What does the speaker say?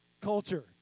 culture